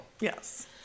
yes